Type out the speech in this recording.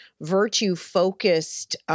virtue-focused